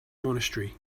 monastery